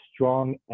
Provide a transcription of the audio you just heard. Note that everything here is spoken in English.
strong